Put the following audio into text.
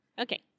Okay